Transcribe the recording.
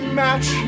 match